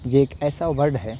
یہ ایک ایسا ورڈ ہے